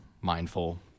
mindful